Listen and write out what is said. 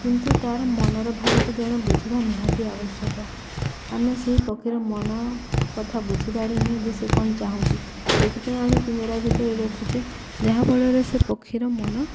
କିନ୍ତୁ ତା'ର ମନର ଭାବକୁ ଜଣେ ବୁଝିବା ନିହାତି ଆବଶ୍ୟକ ଆମେ ସେହି ପକ୍ଷୀର ମନ କଥା ବୁଝିପାରୁନି ଯେ ସେ କ'ଣ ଚାହୁଁଛି ସେଥିପାଇଁ ଆଣି ପିଞରା ଭିତରେ ରଖୁଛେ ଯାହାଫଳରେ ସେ ପକ୍ଷୀର ମନ